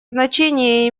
значение